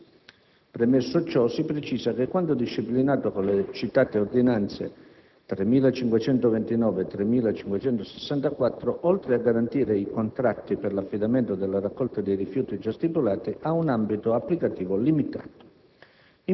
Premesso ciò, si precisa che quanto disciplinato con le citate ordinanze nn. 3529 e 3564, oltre a garantire i contratti per l'affidamento della raccolta dei rifiuti già stipulati, ha un ambito applicativo limitato.